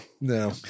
no